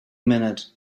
minute